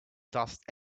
dust